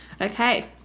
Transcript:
Okay